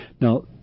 Now